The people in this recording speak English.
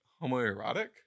homoerotic